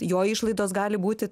jo išlaidos gali būti